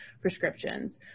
prescriptions